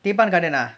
teban garden ah